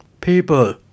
People